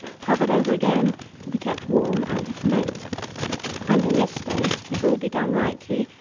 covered over again to be kept warm and to ferment and in this state, if all be done rightly,